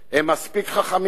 הם מספיק חכמים,